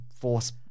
Force